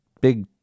big